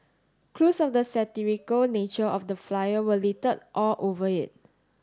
clues of the satirical nature of the flyer were littered all over it